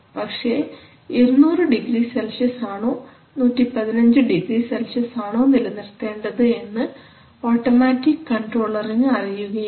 പക്ഷേ 200˚C ആണോ 115˚C ആണോ നിലനിർത്തേണ്ടത് എന്ന് ഓട്ടോമാറ്റിക് കൺട്രോളർനു അറിയുകയില്ല